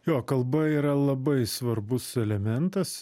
jo kalba yra labai svarbus elementas